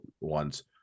ones